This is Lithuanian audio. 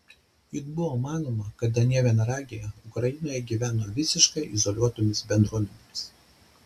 juk buvo manoma kad anie vienaragiai ukrainoje gyveno visiškai izoliuotomis bendruomenėmis